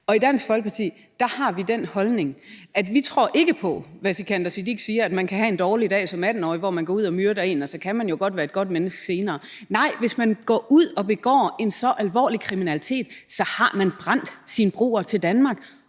I Dansk Folkeparti har vi den holdning, at vi ikke tror på, at man – som Sikandar Siddique siger – kan have en dårlig dag som 18-årig, hvor man går ud og myrder en, og at man jo så godt kan være et godt menneske senere. Nej, hvis man går ud og begår en så alvorlig kriminalitet, har man brændt sine broer til Danmark,